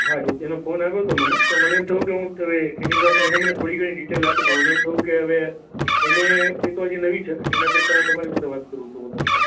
હા દીપયાનો ફોન આવ્યો તો મને પણ મને એમ થયું કે હું તેની સાથે એને મને થોડી ઘણી ડીટેલ આપી પણ મને એમ થયું કે હવે એને એ તો હજી નવી છે ને એના કરતાં હું તમારી સાથે વાત કરું તો વધારે સારુ